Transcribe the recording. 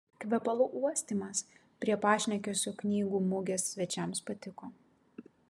kvepalų uostymas prie pašnekesio knygų mugės svečiams patiko